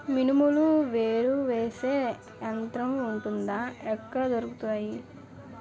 మినుములు వేరు చేసే యంత్రం వుంటుందా? ఎక్కడ దొరుకుతాయి?